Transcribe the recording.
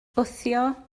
wthio